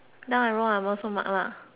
mark lah